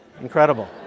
Incredible